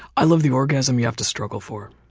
i love the orgasm you have to struggle for.